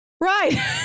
right